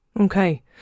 Okay